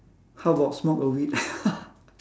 how about smoke a weed